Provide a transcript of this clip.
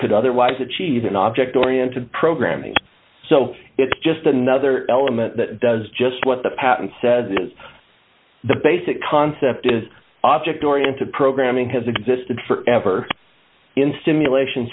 could otherwise achieve in object oriented programming so it's just another element that does just what the patent says is the basic concept is object oriented programming has existed forever in simulation